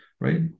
right